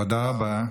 תודה רבה.